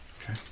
Okay